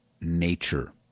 nature